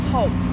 Hope